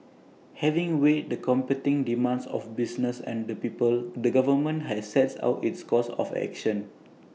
having weighed the competing demands of business and the people the government has set out its course of action